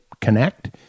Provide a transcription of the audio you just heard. connect